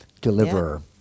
deliverer